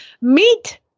Meet